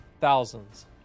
thousands